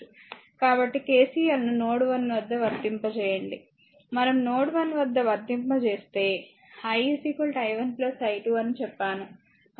కాబట్టి KCL ను node 1 వద్ద వర్తింపజేయండి మనం నోడ్ 1 వద్ద వర్తింప చేస్తే i i1 i2 అని చెప్పాను